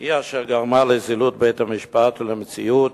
היא אשר גרמה לזילות בית-המשפט ולמציאות